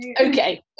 okay